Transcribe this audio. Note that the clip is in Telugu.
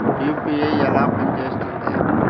యూ.పీ.ఐ ఎలా పనిచేస్తుంది?